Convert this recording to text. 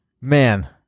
Man